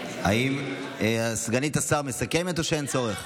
האם סגנית השר מסכמת או שאין צורך?